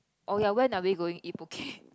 oh ya when are we going eat Poke